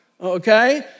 Okay